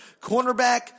cornerback